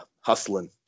hustling